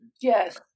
Yes